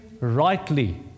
rightly